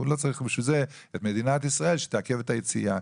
הוא לא צריך בשביל זה את מדינת ישראל שתעכב את היציאה.